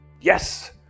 Yes